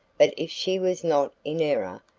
but if she was not in error,